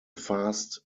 fast